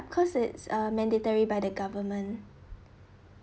cause it's uh mandatory by the government